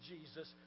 Jesus